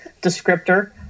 descriptor